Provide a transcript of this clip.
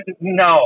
No